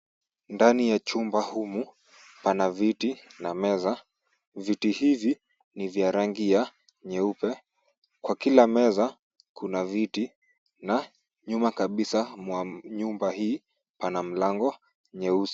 Ndani ya chumba humu pana viti na meza. Viti hivi ni vya rangi nyeupe. Kwa kila meza kuna viti na nyuma kabisa mwa nyumba hii pana mlango mweusi.